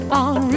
on